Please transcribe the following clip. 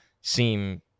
seem